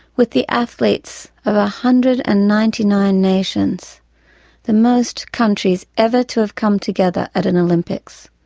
with the athletes of a hundred and ninety nine nations the most countries ever to have come together at an olympics.